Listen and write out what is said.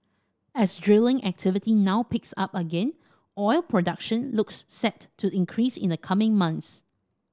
as drilling activity now picks up again oil production looks set to increase in the coming months